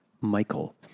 Michael